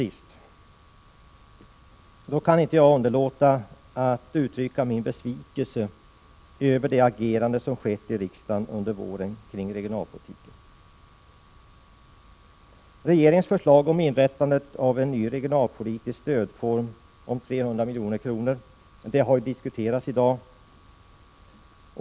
Jag kan inte underlåta att uttrycka min besvikelse över det agerande som under våren förekommit i riksdagen beträffande regionalpolitiken. Regeringens förslag att anslå 300 milj.kr. till inrättandet av en ny regionalpolitisk stödform har diskuterats i dag.